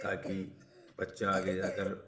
تاکہ بچہ آگے جا کر